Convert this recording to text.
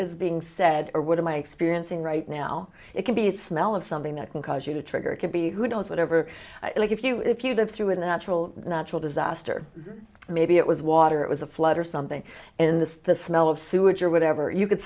is being said or would of my experiencing right now it can be smell of something that can cause you to trigger it could be who knows whatever like if you if you live through a natural natural disaster maybe it was water it was a flood or something in the smell of sewage or whatever you could